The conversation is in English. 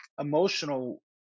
emotional